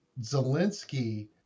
Zelensky